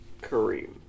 Kareem